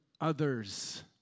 others